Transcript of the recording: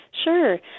Sure